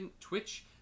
Twitch